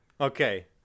Okay